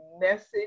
message